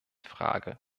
frage